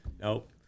Nope